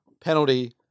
penalty